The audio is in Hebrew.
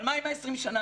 אבל מה עם ה-20 שנה?